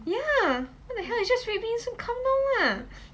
ya what the hell is just red bean soup